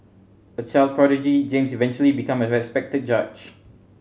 a child prodigy James eventually became a respected judge